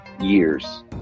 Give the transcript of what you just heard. years